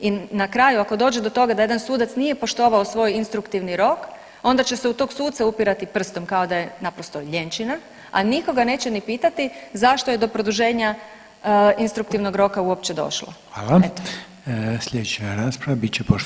I na kraju ako dođe do toga da jedan sudac nije poštovao svoj instruktivni rok onda će se u tog suca upirati prstom kao da je naprosto lijenčina, a nitko ga neće ni pitati zašto je do produženja instruktivnog roka uopće došlo, eto.